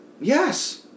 yes